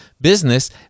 business